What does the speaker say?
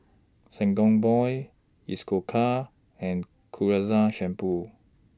Sangobion Isocal and Ketoconazole Shampoo